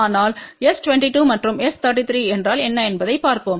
ஆனால் S22மற்றும்S33என்றால் என்ன என்பதையும் பார்ப்போம்